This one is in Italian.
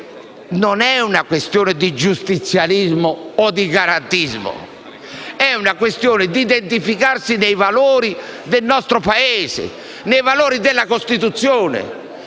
Non è questione di giustizialismo o di garantismo, ma si tratta di identificarsi nei valori del nostro Paese, nei valori della Costituzione.